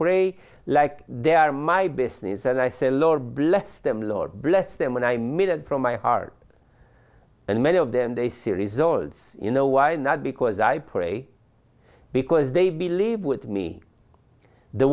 pray like they are my business and i say lord bless them lord bless them and i made it from my heart and many of them they series old you know why not because i pray because they believe with me the